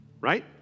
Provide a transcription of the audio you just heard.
right